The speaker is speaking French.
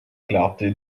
clarté